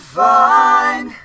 find